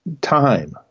Time